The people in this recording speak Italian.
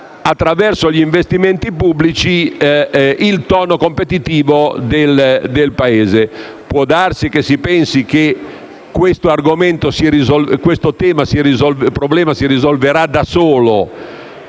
attraverso gli investimenti pubblici, il tono competitivo del Paese. Può darsi che si pensi che questo problema si risolverà da solo